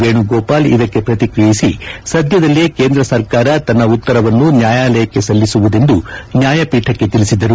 ವೇಣುಗೋಪಾಲ್ ಇದಕ್ಕೆ ಪ್ರತಿಕ್ರಿಯಿಸಿ ಸದ್ಯದಲ್ಲೇ ಕೇಂದ್ರ ಸರ್ಕಾರ ತನ್ನ ಉತ್ತರವನ್ನು ನ್ಯಾಯಾಲಯಕ್ಕೆ ಸಲ್ಲಿಸುವುದೆಂದು ನ್ಯಾಯಪೀಠಕ್ಕೆ ತಿಳಿಸಿದರು